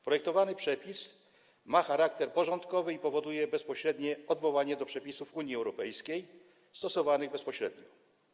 Projektowany przepis ma charakter porządkowy i powoduje bezpośrednie odwołanie do przepisów Unii Europejskiej - stosowanych bezpośrednio.